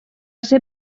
ser